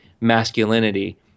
masculinity